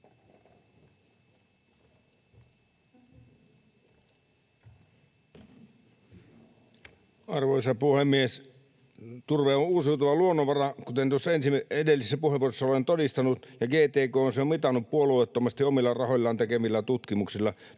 Arvoisa puhemies! Turve on uusiutuva luonnonvara, kuten tuossa edellisessä puheenvuorossani olen todistanut, ja GTK on sen mitannut puolueettomasti omilla rahoillaan tekemillään tutkimuksilla